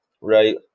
right